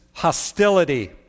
hostility